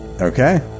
Okay